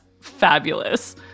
fabulous